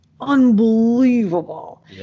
unbelievable